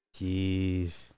Jeez